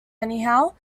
anyhow